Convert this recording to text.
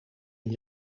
een